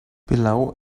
below